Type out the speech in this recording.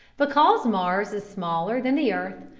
because mars is smaller than the earth,